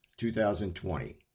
2020